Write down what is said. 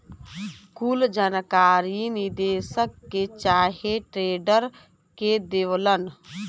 कुल जानकारी निदेशक के चाहे ट्रेडर के देवलन